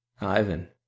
Ivan